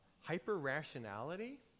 hyper-rationality